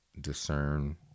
Discern